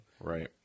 Right